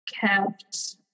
kept